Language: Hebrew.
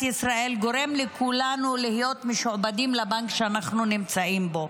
ישראל גורם לכולנו להיות משועבדים לבנק שאנחנו נמצאים בו.